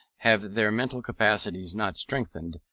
have their mental capacities not strengthened,